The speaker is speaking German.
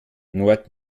nord